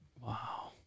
Wow